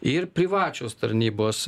ir privačios tarnybos